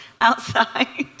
outside